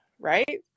Right